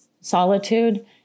solitude